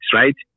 right